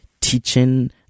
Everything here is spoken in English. teaching